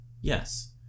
Yes